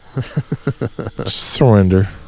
Surrender